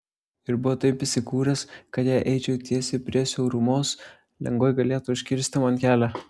ir buvo taip įsikūręs kad jei eičiau tiesiai prie siaurumos lengvai galėtų užkirsti man kelią